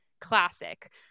classic